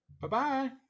Bye-bye